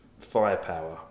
firepower